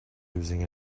using